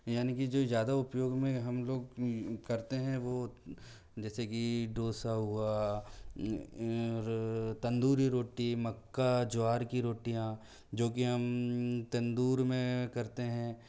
यानी की जो ज़्यादा उपयोग में हम लोग करते हैं वो जैसे की डोसा हुआ और तंदूरी रोटी मक्का ज्वार की रोटियां जो की हम तंदूर में करते हैं